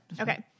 Okay